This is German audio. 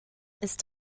ist